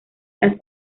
las